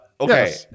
okay